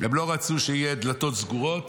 הם לא רצו שיהיו דלתות סגורות